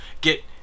get